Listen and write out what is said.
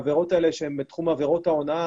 העבירות האלה שהן בתחום עבירות ההונאה,